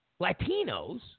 Latinos